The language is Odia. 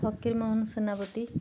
ଫକୀର ମୋହନ ସେନାପତି